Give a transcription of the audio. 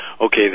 Okay